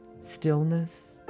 Stillness